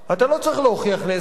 אתה לא צריך להוכיח נזק,